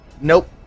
Nope